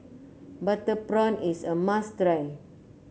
Butter Prawn is a must try